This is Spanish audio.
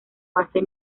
base